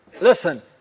Listen